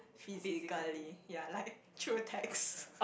physically yea like through text